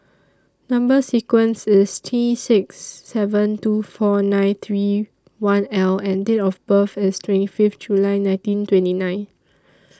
Number sequence IS T six seven two four nine three one L and Date of birth IS twenty Fifth July nineteen twenty nine